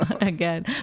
again